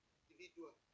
individual